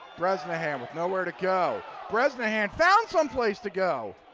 bresnahan with no where to go. bresnahan found some place to go.